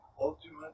ultimate